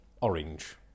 orange